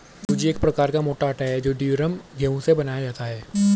सूजी एक प्रकार का मोटा आटा है जो ड्यूरम गेहूं से बनाया जाता है